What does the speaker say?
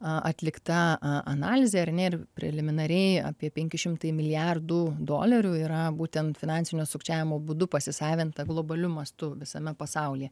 a atlikta a analizė ar ne ir preliminariai apie penki šimtai milijardų dolerių yra būtent finansinio sukčiavimo būdu pasisavinta globaliu mastu visame pasaulyje